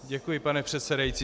Děkuji, pane předsedající.